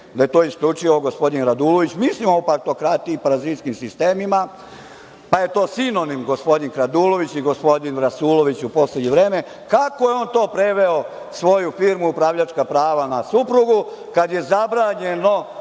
da je to isključivo gospodin Radulović, mislimo o partokratiji, parazitskim sistemima, pa je to sinonim, gospodin kradulović i gospodin rasulović u poslednje vreme, kako je on to preveo svoju firmu, upravljačka prava na suprugu, kada je zabranjeno